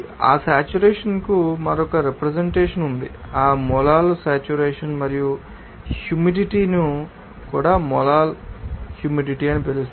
ఆ సేట్యురేషన్కు మరొక రెప్రెసెంటేషన్ ఉంది ఆ మొలాల్ సేట్యురేషన్ మరియు హ్యూమిడిటీను కూడా మొలాల్ హ్యూమిడిటీ అని పిలుస్తారు